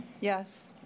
Yes